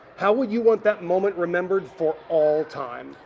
how would you want that moment remembered for all time?